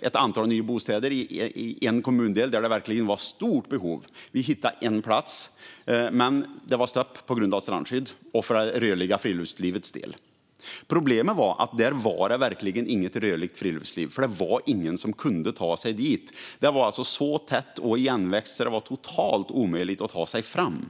ett antal nya bostäder i en kommundel där det verkligen fanns ett stort behov. Vi hittade en plats, men det blev stopp på grund av strandskyddet och det rörliga friluftslivet. Problemet var att det där verkligen inte var något rörligt friluftsliv, för det var ingen som kunde ta sig dit. Det var så tätt och igenväxt att det var helt omöjligt att ta sig fram.